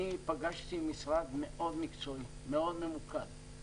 אני פגשתי משרד מאוד מקצועי, מאוד ממוקד.